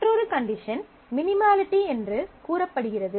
மற்றொரு condition minimality என்று கூறப்படுகிறது